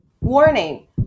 Warning